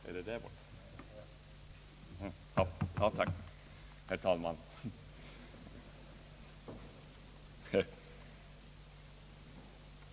Herr talman!